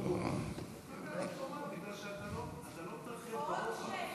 עוד שש,